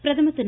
பிரதமர் திரு